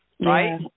Right